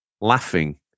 laughing